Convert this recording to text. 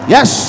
Yes